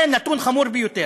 זה נתון חמור ביותר.